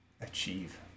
achieve